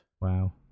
Wow